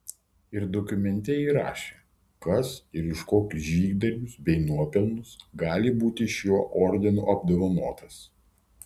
ir dokumente įrašė kas ir už kokius žygdarbius bei nuopelnus gali būti šiuo ordinu apdovanotas